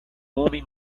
homem